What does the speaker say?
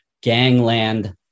Gangland